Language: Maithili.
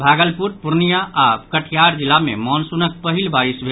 भागलपुर पूर्णियां आओर कटिहार जिला मे मॉनसूनक पहिल बारिश भेल